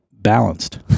balanced